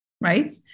right